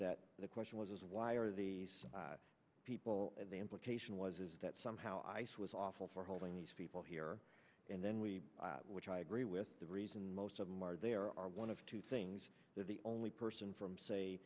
that the question was why are the people at the implication was is that somehow ice was awful for holding these people here and then we which i agree with the reason most of them are there are one of two things they're the only person from say